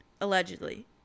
Allegedly